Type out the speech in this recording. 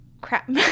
crap